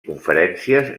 conferències